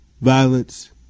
Violence